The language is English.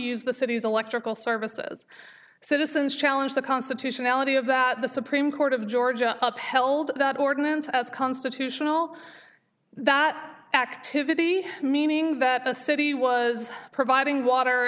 use the city's electrical services citizens challenge the constitutionality of that the supreme court of georgia upheld that ordinance as constitutional that activity meaning that the city was providing water